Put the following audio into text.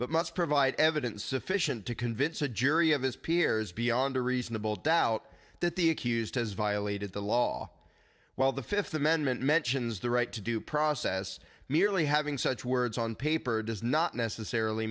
but must provide evidence sufficient to convince a jury of his peers beyond a reasonable doubt that the accused has violated the law while the fifth amendment mentions the right to due process merely having such words on paper does not necessarily